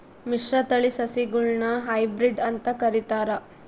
ಮಿಶ್ರತಳಿ ಸಸಿಗುಳ್ನ ಹೈಬ್ರಿಡ್ ಅಂತ ಕರಿತಾರ